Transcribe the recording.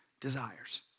desires